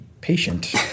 patient